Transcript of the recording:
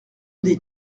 des